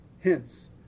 Hence